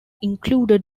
included